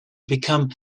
become